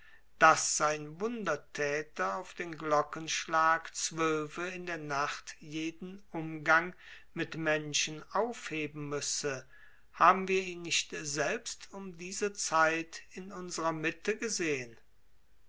daß sein wundertäter auf den glockenschlag zwölfe in der nacht jeden umgang mit menschen aufheben müsse haben wir ihn nicht selbst um diese zeit in unsrer mitte gesehen